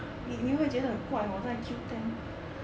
你你会觉得很怪我在 Q ten